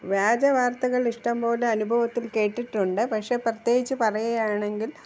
വ്യാജവാർത്തകൾ ഇഷ്ടംപോലെ അനുഭവത്തിൽ കേട്ടിട്ടുണ്ട് പക്ഷെ പ്രത്യേകിച്ച് പറയുകയാണെങ്കിൽ